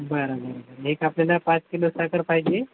बरं बरं बरं एक आपल्याला पाच किलो साखर पाहिजे